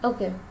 Okay